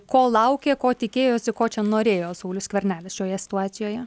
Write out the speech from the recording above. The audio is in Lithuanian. ko laukė ko tikėjosi ko čia norėjo saulius skvernelis šioje situacijoje